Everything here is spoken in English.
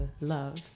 love